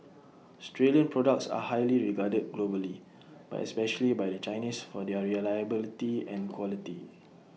Australian products are highly regarded globally but especially by the Chinese for their reliability and quality